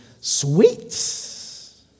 sweet